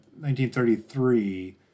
1933